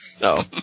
No